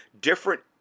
Different